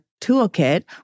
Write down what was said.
toolkit